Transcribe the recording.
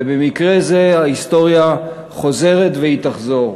ובמקרה זה ההיסטוריה חוזרת, והיא תחזור.